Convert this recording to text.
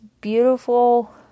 beautiful